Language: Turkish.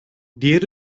diğer